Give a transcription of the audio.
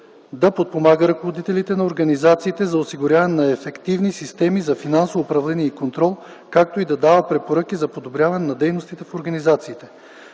да подпомага ръководителите на организациите за осигуряване на ефективни системи за финансово управление и контрол, както и да дава препоръки за подобряване на дейностите в организациите.